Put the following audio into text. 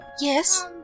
Yes